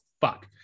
fuck